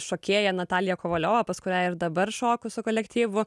šokėja natalija kovaliova pas kurią ir dabar šoku su kolektyvu